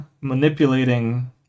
manipulating